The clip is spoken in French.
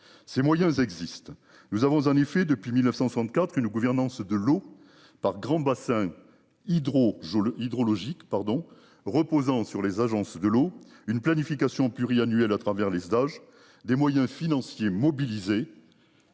ces moyens existent. Nous avons en effet depuis 1964 une gouvernance de l'eau par grands bassins Hydro-Jo Le hydrologiques pardon reposant sur les agences de l'eau, une planification pluriannuelle à travers les stages des moyens financiers mobilisés.